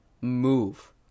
move